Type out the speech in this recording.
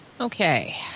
Okay